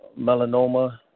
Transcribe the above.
melanoma